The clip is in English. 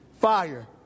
fire